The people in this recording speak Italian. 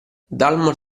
dalmor